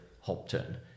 Hopton